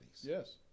Yes